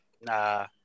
Nah